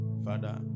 father